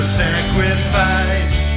sacrifice